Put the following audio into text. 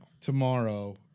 Tomorrow